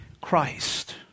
Christ